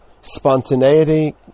spontaneity